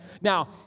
Now